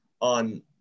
on